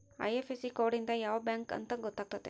IFSC code ಇಂದ ಯಾವ bank ಅಂತ ಗೊತ್ತಾತತೆ